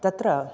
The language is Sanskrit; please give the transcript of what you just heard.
तत्र